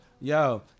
Yo